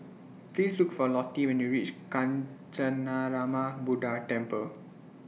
Please Look For Lottie when YOU REACH Kancanarama Buddha Temple